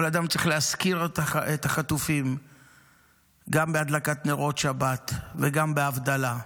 כל אדם צריך להזכיר את החטופים גם בהדלקת נרות שבת וגם בהבדלה,